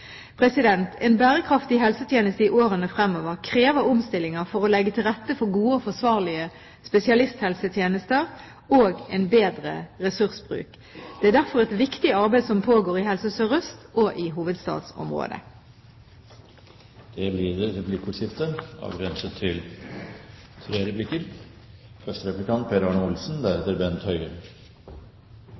En bærekraftig helsetjeneste i årene fremover krever omstillinger for å legge til rette for gode og forsvarlige spesialisthelsetjenester og en bedre ressursbruk. Det er derfor et viktig arbeid som pågår i Helse Sør-Øst og i hovedstadsområdet. Det blir replikkordskifte. Det